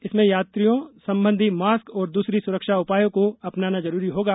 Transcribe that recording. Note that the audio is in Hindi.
इसमें यात्रियों संबंधी मॉस्क और दूसरी सुरक्षा उपायो को अपनाना जरूरी होगा